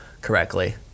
correctly